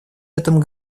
этом